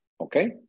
Okay